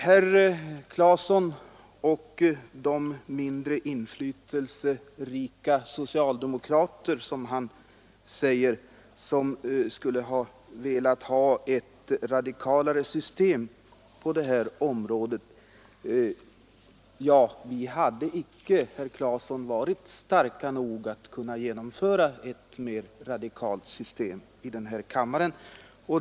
Herr Claeson talade om de mindre inflytelserika socialdemokrater som skulle velat ha ett radikalare system. Men vi hade icke, herr Claeson, varit starka nog att genomföra en radikalare lösning här i kammaren.